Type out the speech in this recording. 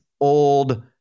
old